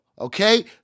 okay